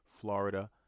Florida